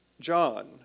John